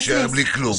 תישאר בלי כלום.